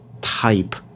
type